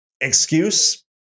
excuse